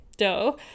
dough